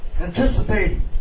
Anticipating